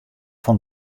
fan